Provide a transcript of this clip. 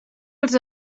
els